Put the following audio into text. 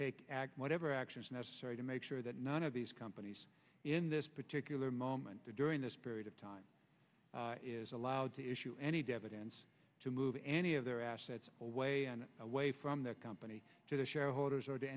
take whatever action is necessary to make sure that none of these companies in this particular moment during this period of time is allowed to issue any debit and to move any of their assets away and away from the company to the shareholders or to